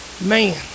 man